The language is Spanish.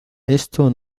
esto